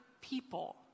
people